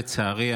לצערי,